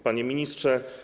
Panie Ministrze!